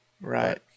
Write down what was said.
Right